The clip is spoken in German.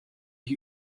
ich